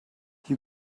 you